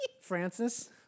Francis